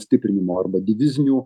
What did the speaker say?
stiprinimo arba divizinių